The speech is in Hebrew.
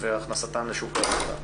והכנסתן לשוק העבודה.